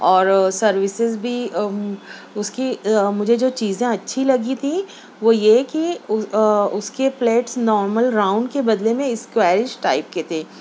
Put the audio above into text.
اور سروسز بھی اس کی مجھے جو چیزیں اچھی لگی تھیں وہ یہ کہ اس کے پلیٹس نارمل راؤنڈ کے بدلے میں اسکوائرش ٹائپ کے تھے